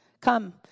come